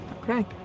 Okay